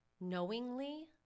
knowingly